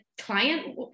client